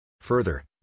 Further